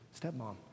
stepmom